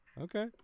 Okay